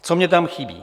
Co mně tam chybí?